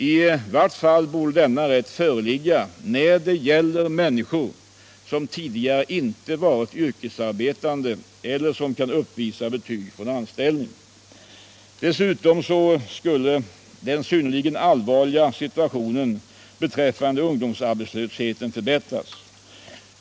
I vart fall borde denna provanställningsrätt föreligga när det gäller människor som tidigare inte varit yrkesarbetande eller som inte kan uppvisa betyg från anställning. En sådan åtgärd skulle dessutom medföra att den synnerligen allvarliga situationen beträffande ungdomsarbetslösheten förbättrades.